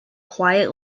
quiet